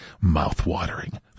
Mouth-watering